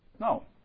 No